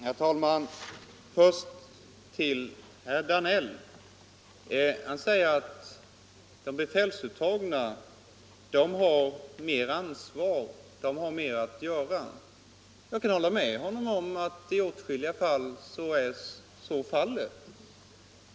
Herr talman! Herr Danell säger att de befälsuttagna har större ansvar och mer att göra. Jag kan hålla med om att i åtskilliga fall är det så.